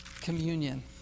communion